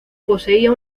poseía